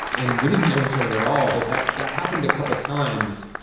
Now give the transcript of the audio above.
and we didn't know each other at all, but that that happened a couple times.